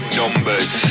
numbers